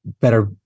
better